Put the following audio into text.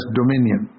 dominion